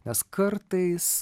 nes kartais